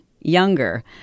younger